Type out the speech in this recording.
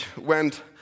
went